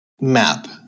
map